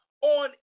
on